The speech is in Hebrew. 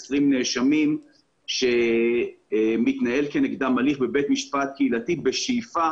520 נאשמים שמתנהל כנגדם הליך בבית משפט קהילתי בשאיפה